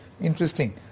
Interesting